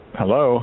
hello